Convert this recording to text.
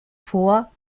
vor